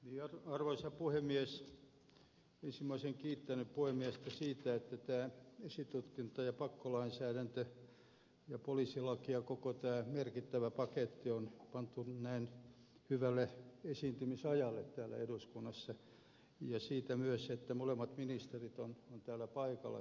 ensin minä olisin kiittänyt puhemiestä siitä että tämä esitutkinta ja pakkolainsäädäntö ja poliisilaki ja koko tämä merkittävä paketti on pantu näin hyvälle esiintymisajalle täällä eduskunnassa ja siitä myös että molemmat ministerit ovat täällä paikalla